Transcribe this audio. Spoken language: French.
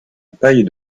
paille